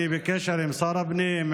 אני בקשר עם שר הפנים,